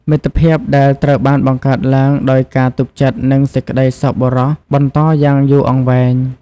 មិត្តភាពដែលត្រូវបានបង្កើតឡើងដោយការទុកចិត្តនិងសេចក្ដីសប្បុរសបន្តយ៉ាងយូរអង្វែង។